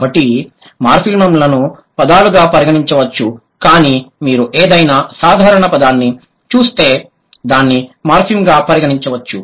కాబట్టి మార్ఫిమ్లను పదాలుగా పరిగణించవచ్చు కానీ మీరు ఏదైనా సాధారణ పదాన్ని చూస్తే దాన్ని మార్ఫిమ్గా పరిగణించవచ్చు